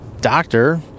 doctor